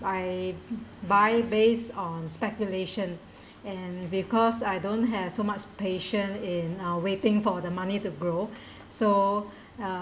I buy based on speculation and because I don't have so much patient in uh waiting for the money to grow so uh